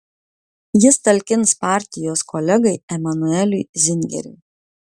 jis talkins partijos kolegai emanueliui zingeriui